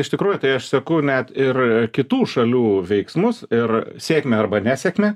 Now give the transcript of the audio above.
iš tikrųjų tai aš seku net ir kitų šalių veiksmus ir sėkmę arba nesėkmę